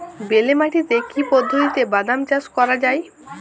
বেলে মাটিতে কি পদ্ধতিতে বাদাম চাষ করা যায়?